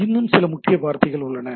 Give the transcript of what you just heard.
இன்னும் சில முக்கிய வார்த்தைகள் உள்ளன